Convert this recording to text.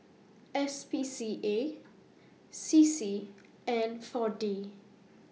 S P C A C C and four D